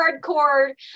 hardcore